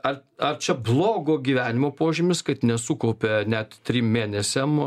ar ar čia blogo gyvenimo požymis kad nesukaupia net trim mėnesiam